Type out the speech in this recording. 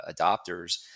adopters